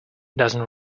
doesn’t